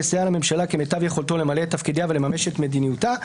לסייע לממשלה כמיטב יכולתו למלא את תפקידיה ולממש את מדיניותה,